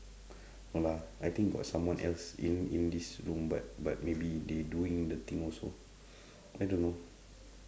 lah I think got someone else in in this room but but maybe they doing the thing also I don't know